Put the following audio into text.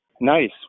Nice